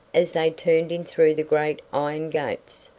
as they turned in through the great iron gates,